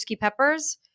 peppers